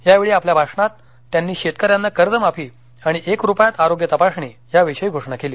यावेळी आपल्या भाषणात त्यांनी शेतकऱ्यांना कर्जमाफी आणि एक रुपयात आरोग्य तपासणी याविषयी घोषणा केली